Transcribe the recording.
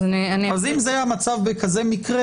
אז אם זה המצב בכזה מקרה,